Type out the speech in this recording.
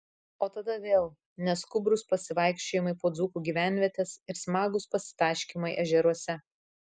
o tada vėl neskubrūs pasivaikščiojimai po dzūkų gyvenvietes ir smagūs pasitaškymai ežeruose